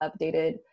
updated